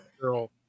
girl